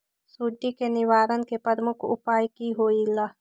सुडी के निवारण के प्रमुख उपाय कि होइला?